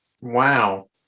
wow